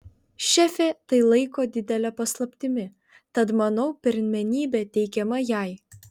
šefė tai laiko didele paslaptimi tad manau pirmenybė teikiama jai